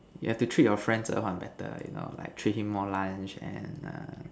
yeah to treat your friends oh one better you know like treat him more lunch and err